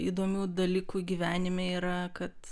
įdomių dalykų gyvenime yra kad